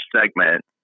segment